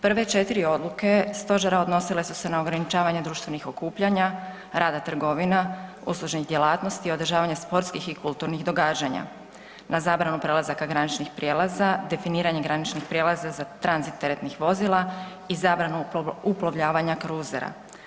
Prve 4 odluke stožera odnosile su se na ograničavanje društvenih okupljanja, rada trgovina, uslužnih djelatnosti, održavanja sportskih i kulturnih događanja, na zabranu prelazaka graničnih prijelaza, definiranje graničnih prijelaza za tranzit teretnih vozila i zabranu uplovljavanja kruzera.